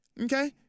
okay